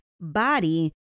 Body